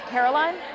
Caroline